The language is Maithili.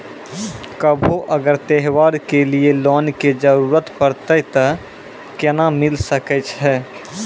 कभो अगर त्योहार के लिए लोन के जरूरत परतै तऽ केना मिल सकै छै?